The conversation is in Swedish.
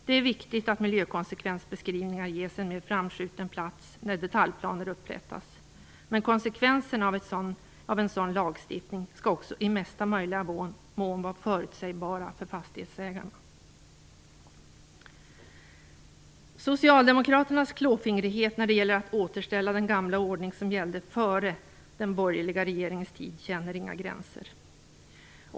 Det är viktigt att miljökonsekvensbeskrivningar ges en mer framskjuten plats när detaljplaner upprättas, men konsekvenserna av en sådan lagstiftning skall också i mesta möjliga mån vara förutsägbara för fastighetsägarna. Socialdemokraternas klåfingrighet när det gäller att återställa den gamla ordning som gällde före den borgerliga regeringens tid känner inga gränser.